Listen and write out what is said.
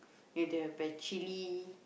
then the have the chilli